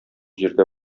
җирдә